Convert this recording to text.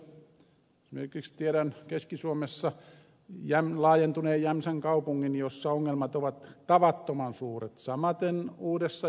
esimerkiksi tiedän keski suomessa laajentuneen jämsän kaupungin jossa ongelmat ovat tavattoman suuret